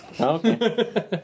Okay